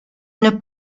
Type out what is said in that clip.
une